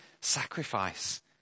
sacrifice